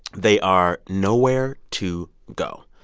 they are nowhere to go.